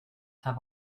have